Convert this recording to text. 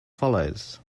follows